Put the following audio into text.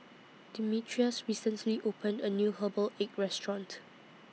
Demetrius recently opened A New Herbal Egg Restaurant